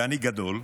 ואני גדול,